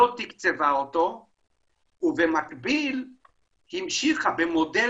לא תקצבה אותו ובמקביל המשיכה במודל